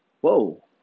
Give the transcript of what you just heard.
Whoa